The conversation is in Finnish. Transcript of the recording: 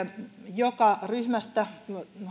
joka ryhmästä